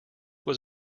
was